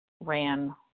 ran